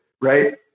right